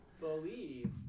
Believe